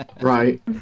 Right